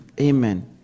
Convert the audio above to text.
Amen